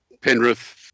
Penrith